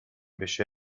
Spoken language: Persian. بشه